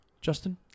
Justin